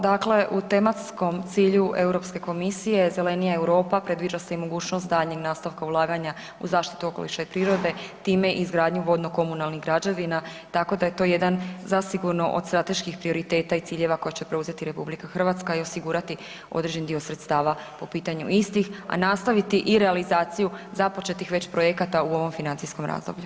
Dakle, u tematskom cilju Europske komisije zelenija Europa predviđa se i mogućnost daljnjeg nastavka ulaganja u zaštitu okoliša i prirode, time i izgradnju vodno komunalnih građevina, tako da je to jedan zasigurno od strateških prioriteta i ciljeva koje će preuzeti RH i osigurati određen dio sredstava po pitanju istih, a nastaviti i realizaciju započetih već projekata u ovom financijskom razdoblju.